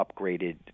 upgraded